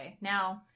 Now